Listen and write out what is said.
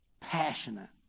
passionate